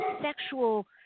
sexual